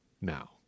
now